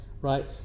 right